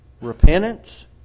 repentance